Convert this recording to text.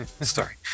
Sorry